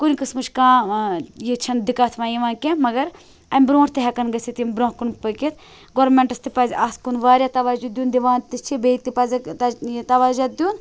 کُنہِ قٕسمٕچ کانٛہہ یہِ چھنہٕ دِکَت وۄنۍ یِوان کینٛہہ مگر امہِ برٛونٛٹھ تہِ ہیکَن گٔژھِتھ یِم برٛونٛہہ کُن پٔکِتھ گورمینٛٹَس تہِ پَزِ اَتھ کُن واریاہ تَوَجوٗ دِیُن دِوان تہِ چھِ بیٚیہِ تہِ پَزیکھ تَوَجہ دِیُن